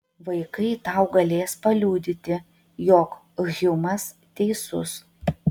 vaikai tau galės paliudyti jog hjumas teisus